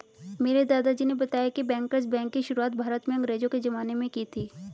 मेरे दादाजी ने बताया की बैंकर्स बैंक की शुरुआत भारत में अंग्रेज़ो के ज़माने में की थी